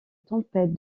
tempête